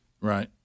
Right